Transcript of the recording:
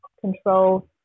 control